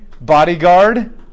Bodyguard